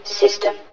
system